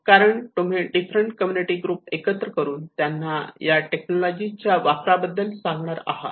कारण तुम्ही different community group एकत्र करून त्यांना या टेक्नॉलॉजी वापरा बद्दल सांगणार आहात